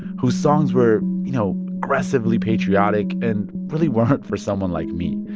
whose songs were, you know, aggressively patriotic and really weren't for someone like me.